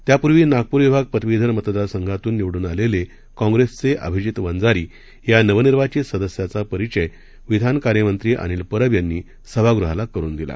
त्यापूर्वी नागपूर विभाग पदवीधर मतदारसंघातून निवडून आलेले काँग्रेसचे अभिजित वंजारी या नवनिर्वाचित सदस्यांचा परिचय विधान कार्यमंत्री अनिल परब यांनी सभागृहाला करून दिला